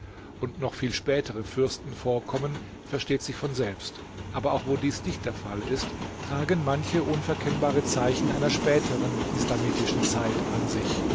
und noch viel spätere fürsten vorkommen versteht sich von selbst aber auch wo dies nicht der fall ist tragen manche unverkennbare zeichen einer späteren islamitischen zeit an sich